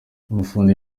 umufundi